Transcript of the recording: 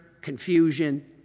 confusion